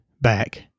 back